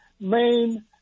main